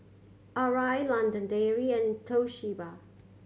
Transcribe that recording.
Arai London Dairy and Toshiba